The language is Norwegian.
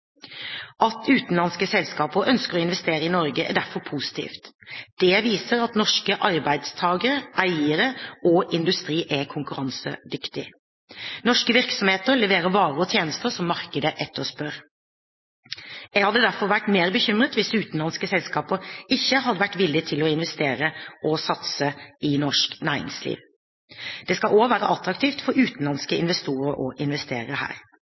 At utenlandske selskaper ønsker å investere i Norge, er derfor positivt. Det viser at norske arbeidstakere, eiere og industri er konkurransedyktig. Norske virksomheter leverer varer og tjenester som markedet etterspør. Jeg hadde derfor vært mer bekymret hvis utenlandske selskaper ikke hadde vært villig til å investere og satse i norsk næringsliv. Det skal også være attraktivt for utenlandske investorer å investere her.